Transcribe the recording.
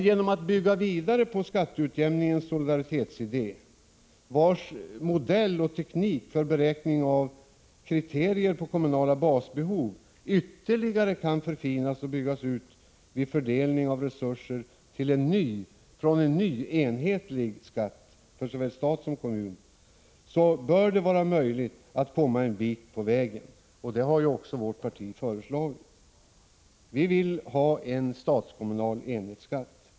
Genom att bygga vidare på skatteutjämningens solidaritetsidé, vars modell och teknik för beräkning av kriterier på kommunala basbehov ytterligare kan förfinas och byggas ut, vid fördelning av resurser från en ny enhetlig skatt för såväl stat som kommun bör det vara möjligt att komma en bit på vägen, och det har också vårt parti föreslagit. Vi vill ha en statskommunal enhetsskatt.